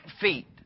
feet